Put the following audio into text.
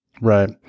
Right